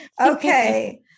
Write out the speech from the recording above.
Okay